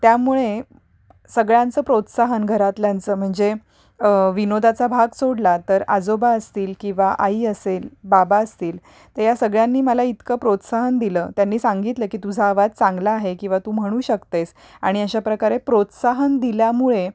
त्यामुळे सगळ्यांचं प्रोत्साहन घरातल्यांचं म्हणजे विनोदाचा भाग सोडला तर आजोबा असतील किंवा आई असेल बाबा असतील तर या सगळ्यांनी मला इतकं प्रोत्साहन दिलं त्यांनी सांगितलं की तुझा आवाज चांगला आहे किंवा तू म्हणू शकतेस आणि अशाप्रकारे प्रोत्साहन दिल्यामुळे